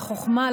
לחוכמה,